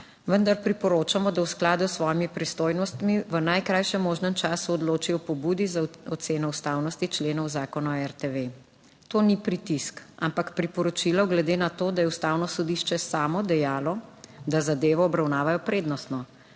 vendar priporočamo, da v skladu s svojimi pristojnostmi v najkrajšem možnem času odloči o pobudi za oceno ustavnosti členov Zakona o RTV. To ni pritisk, ampak priporočilo, glede na to, da je Ustavno sodišče samo dejalo, da zadevo obravnavajo prednostno